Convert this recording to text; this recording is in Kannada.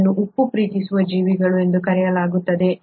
ಇದನ್ನೇ ಉಪ್ಪು ಪ್ರೀತಿಸುವ ಜೀವಿಗಳು ಎಂದು ಕರೆಯಲಾಗುತ್ತದೆ